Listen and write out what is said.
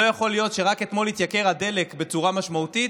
לא יכול להיות שרק אתמול התייקר הדלק בצורה משמעותית,